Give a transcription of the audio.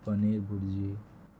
paneer bhurji